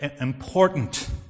important